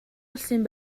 улсын